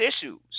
issues